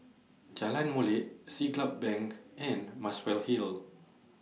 Jalan Molek Siglap Bank and Muswell Hill